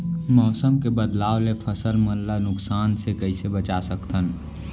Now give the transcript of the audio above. मौसम के बदलाव ले फसल मन ला नुकसान से कइसे बचा सकथन?